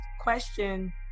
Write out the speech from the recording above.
question